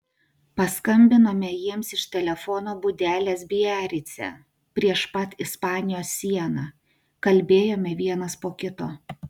paskambinome jiems iš telefono būdelės biarice prieš pat ispanijos sieną kalbėjome vienas po kito